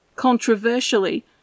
Controversially